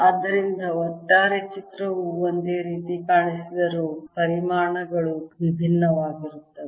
ಆದ್ದರಿಂದ ಒಟ್ಟಾರೆ ಚಿತ್ರವು ಒಂದೇ ರೀತಿ ಕಾಣಿಸಿದರೂ ಪರಿಮಾಣಗಳು ವಿಭಿನ್ನವಾಗಿರುತ್ತವೆ